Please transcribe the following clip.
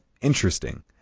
interesting